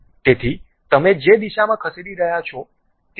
તેથી તમે જે દિશામાં ખસેડી રહ્યાં છો તે રીતે નિર્માણ કરવાનો પ્રયાસ કરી રહ્યો છે